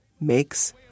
makes